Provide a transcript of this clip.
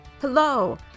Hello